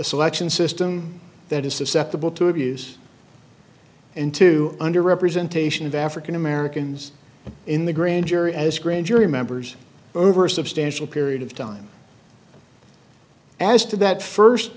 selection system that is susceptible to abuse and two under representation of african americans in the grand jury as grand jury members over a substantial period of time as to that first